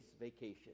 vacation